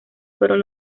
fueron